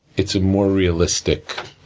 it's a more realistic